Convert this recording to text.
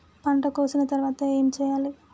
పంట కోసిన తర్వాత ఏం చెయ్యాలి?